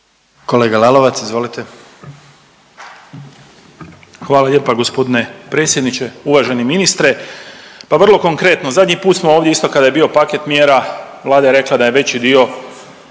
**Lalovac, Boris (SDP)** Hvala lijepa g. predsjedniče. Uvaženi ministre. Pa vrlo konkretno zadnji put smo ovdje isto kada je bio paket mjera Vlada je rekla da je veći dio